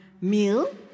meal